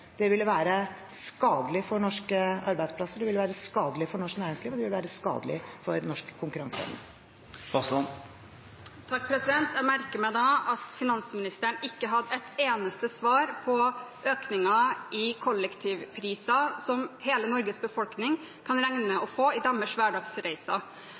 Det ville være skadelig for norske arbeidsplasser, det ville være skadelig for norsk næringsliv, og det ville være skadelig for norsk konkurranseevne. Jeg merker meg at finansministeren ikke hadde et eneste svar på økningen i kollektivpriser som hele Norges befolkning kan regne med